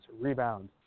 rebound